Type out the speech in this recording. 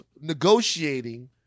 negotiating